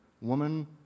woman